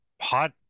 hot